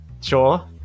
Sure